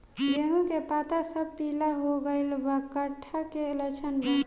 गेहूं के पता सब पीला हो गइल बा कट्ठा के लक्षण बा?